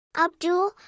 Abdul